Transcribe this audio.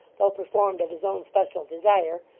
though performed at his own special desire,